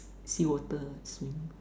sea water and swim